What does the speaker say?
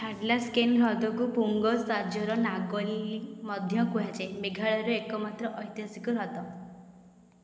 ଥାଡଲାସ୍କେନ୍ ହ୍ରଦକୁ ପୁଙ୍ଗ ସାଜର ନାଙ୍ଗଲି ମଧ୍ୟ କୁହାଯାଏ ମେଘାଳୟର ଏକମାତ୍ର ଐତିହାସିକ ହ୍ରଦ